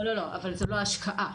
אבל זו לא השקעה.